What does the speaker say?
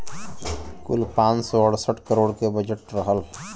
कुल पाँच सौ अड़सठ करोड़ के बजट रहल